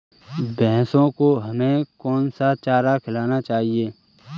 भैंसों को हमें कौन सा चारा खिलाना चाहिए?